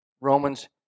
Romans